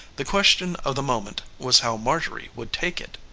the question of the moment was how marjorie would take it.